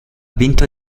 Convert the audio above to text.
vinto